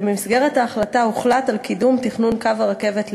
ובמסגרת ההחלטה הוחלט על קידום תכנון קו הרכבת לאילת,